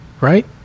Right